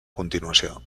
continuació